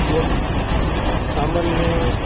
એક સામાન્ય